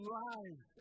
lives